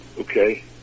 Okay